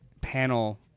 panel